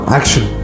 action